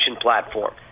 platform